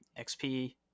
XP